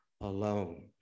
alone